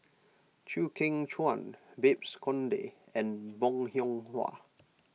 Chew Kheng Chuan Babes Conde and Bong Hiong Hwa